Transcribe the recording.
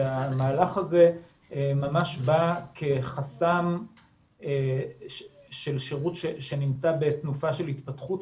והמהלך הזה ממש בא כחסם של שירות שנמצא בתנופה של התפתחות,